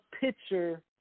picture